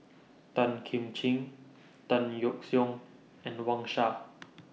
Tan Kim Ching Tan Yeok Seong and Wang Sha